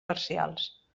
parcials